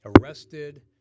arrested